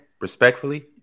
Respectfully